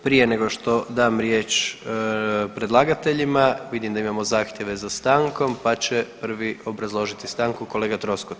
Prije nego što dam riječ predlagateljima vidim da imamo zahtjeve za stankom, pa će prvo obrazložiti stanku kolega Troskot.